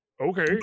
okay